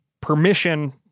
permission